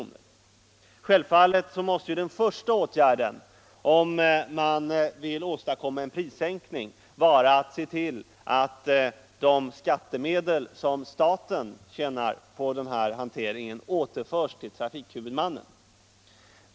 Om man vill åstadkomma en sådan prissänkning måste självfallet en första åtgärd vara att se till att de skattemedel som staten tjänar på denna hantering återförs till trafikhuvudmannen.